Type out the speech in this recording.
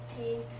Team